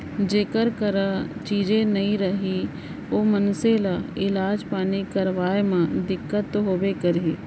जेकर करा चीजे नइ रही ओ मनसे ल इलाज पानी करवाय म दिक्कत तो होबे करही